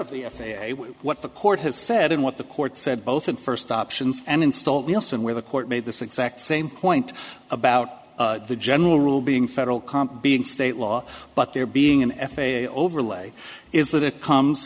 of the f a a what the court has said and what the court said both in first options and installed wilson where the court made this exact same point about the general rule being federal comp being state law but there being an f a a overlay is that it comes